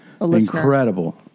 incredible